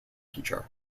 teacher